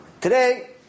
Today